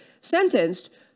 sentenced